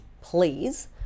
Please